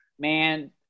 Man